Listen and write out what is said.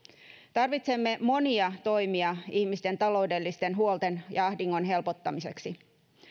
tarvitsemme monia toimia ihmisten taloudellisten huolten ja ahdingon helpottamiseksi